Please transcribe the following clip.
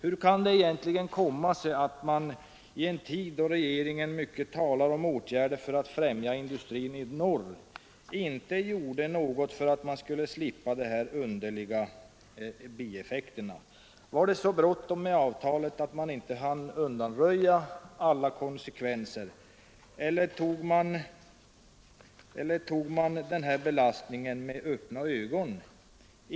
Hur kan det egentligen komma sig att man i en tid då regeringen talar mycket om åtgärder för att befrämja industrin i norr inte gjorde något för att man skulle slippa dessa underliga effekter? Var det så bråttom med avtalet att man inte hann undersöka alla konsekvenser, eller tog man denna belastning med öppna ögon?